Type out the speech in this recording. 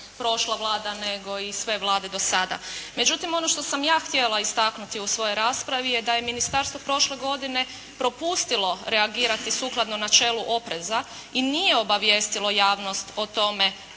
prošla Vlada, nego i sve vlade do sada. Međutim, ono što sam ja htjela istaknuti u svojoj raspravi da je ministarstvo prošle godine propustilo reagirati sukladno načelu opreza i nije obavijestilo javnost o tome